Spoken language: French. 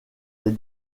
les